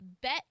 bet